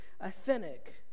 authentic